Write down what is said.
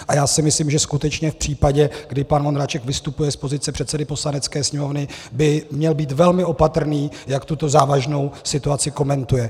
A já si myslím, že skutečně v případě, kdy pan Vondráček vystupuje z pozice předsedy Poslanecké sněmovny, by měl být velmi opatrný, jak tuto závažnou situaci komentuje.